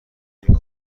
این